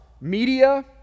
media